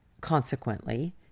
consequently